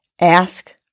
Ask